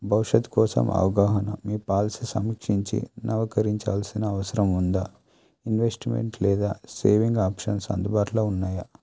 భవిష్యత్తు కోసం అవగాహన మీ పాలసీ సమీక్షించి నవీకరించాల్సిన అవసరం ఉందా ఇన్వెస్ట్మెంట్ లేదా సేవింగ్ ఆప్షన్స్ అందుబాటులో ఉన్నాయా